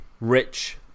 rich